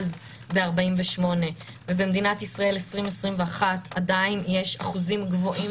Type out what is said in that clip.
אז ב-48'; ובמדינת ישראל 2021 עדיין יש אחוזים גבוהים